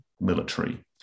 military